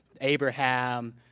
Abraham